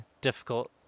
difficult